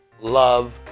love